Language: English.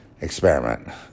experiment